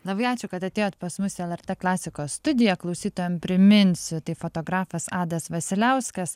labai ačiū kad atėjot pas mus į lrt klasikos studiją klausytojam priminsiu tai fotografas adas vasiliauskas